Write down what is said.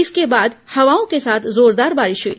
इसके बाद हवाओं के साथ जोरदार बारिश हई